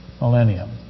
millennium